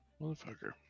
motherfucker